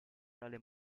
tale